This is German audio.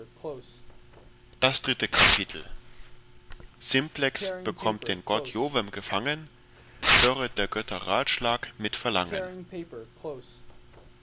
simplex bekommt den gott jovem gefangen höret der götter ratschlag mit verlangen